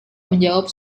menjawab